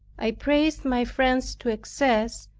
i praised my friends to excess,